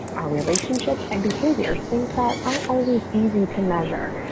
our relationships and behaviors things that aren't always easy to measure.